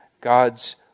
God's